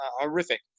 horrific